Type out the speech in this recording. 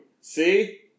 See